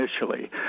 initially